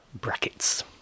brackets